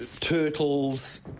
turtles